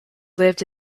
lived